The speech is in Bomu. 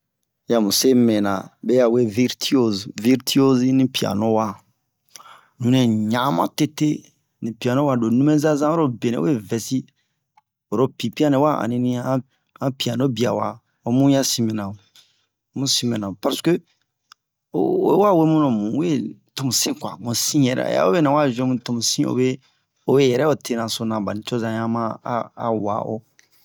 ya mu semi mɛna beya we virtiose virtiose zi ni piano wa nunɛ ɲa'a ma tete ni piano wa lo nubɛza zan'aro benɛ we vɛsi oro pipianɛ nɛ wa aninia an piano bia wa omuya sin mɛna mu sin mɛna mu passeke oyi wa wemuno muwe mu se kua mu sin yɛrɛ ɛ obe nɛ wa jouer mu tomu sin obe obe yɛrɛ o tenasona bani coza yan ma a wa'o